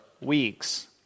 weeks